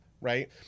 right